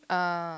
uh